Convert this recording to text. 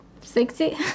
sexy